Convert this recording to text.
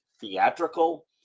theatrical